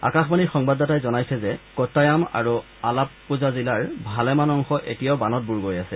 আকাশবাণীৰ সংবাদদাতাই জনাইছে যে কোট্টায়াম আৰু আলাধ্বজা জিলাৰ ভালেমান অংশ এতিয়াও বানত বুৰ গৈ আছে